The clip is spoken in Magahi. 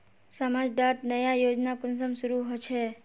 समाज डात नया योजना कुंसम शुरू होछै?